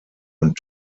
und